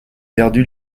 perdu